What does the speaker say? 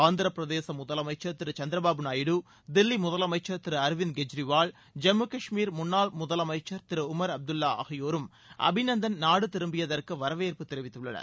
ஆந்திரப்பிரதேச முதலமைச்சர் திரு சந்திரபாபு நாயுடு தில்வி முதலமைச்சர் திரு அரவிந்த் கெஜ்ரிவால் ஜம்மு காஷ்மீர் முன்னாள் முதலமைச்சர் திரு உமர் அப்துல்வா ஆகியோரும் அபிநந்தன் நாடு திரும்பியதற்கு வரவேற்பு தெரிவித்துள்ளனர்